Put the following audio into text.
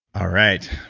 all right.